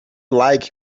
like